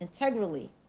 integrally